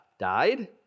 Died